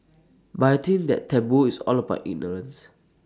but I think that taboo is all about ignorance